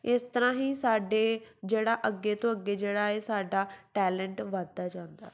ਇਸ ਤਰ੍ਹਾਂ ਹੀ ਸਾਡੇ ਜਿਹੜਾ ਅੱਗੇ ਤੋਂ ਅੱਗੇ ਜਿਹੜਾ ਇਹ ਸਾਡਾ ਟੈਲੈਂਟ ਵਧਦਾ ਜਾਂਦਾ